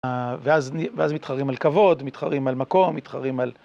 ואז מתחרים על כבוד, מתחרים על מקום, מתחרים על...